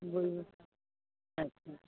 अच्छा